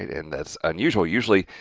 and that's unusual. usually,